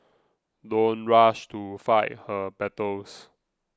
don't rush to fight her battles